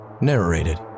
Narrated